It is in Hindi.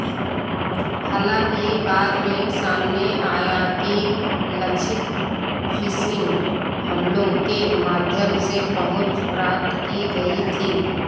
हालाँकि बाद में सामने आया कि लक्षित फ़िशिंग हमलों के माध्यम से पहुँच प्राप्त की गई थी